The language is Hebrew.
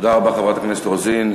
תודה רבה, חברת הכנסת רוזין.